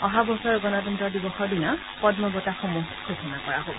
অহা বছৰ গণতন্ত্ৰ দিৱসৰ দিনা পদ্ম বঁটাসমূহ ঘোষণা কৰা হব